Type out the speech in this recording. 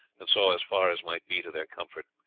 and saw as far as might be to their comfort.